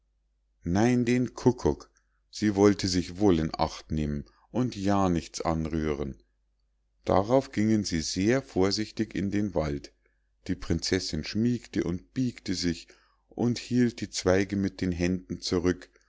nein den kukuk sie wollte sich wohl in acht nehmen und ja nichts anrühren darauf gingen sie sehr vorsichtig in den wald die prinzessinn schmiegte und biegte sich und hielt die zweige mit den händen zurück